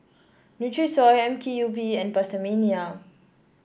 Nutrisoy M K U P and PastaMania